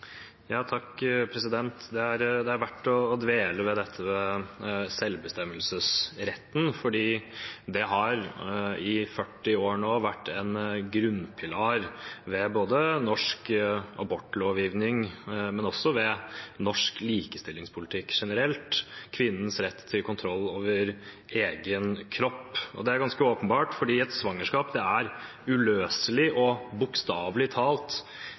Det er verdt å dvele ved dette med selvbestemmelsesretten fordi den i 40 år nå har vært en grunnpilar både i norsk abortlovgivning og i norsk likestillingspolitikk generelt – kvinnens rett til kontroll over egen kropp. Det er ganske åpenbart fordi et svangerskap er uløselig og bokstavelig talt